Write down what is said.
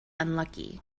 unlucky